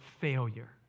failure